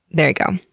there you go.